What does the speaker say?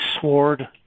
sword